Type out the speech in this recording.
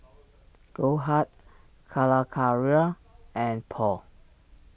Goldheart Calacara and Paul